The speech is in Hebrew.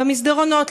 במסדרונות,